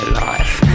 life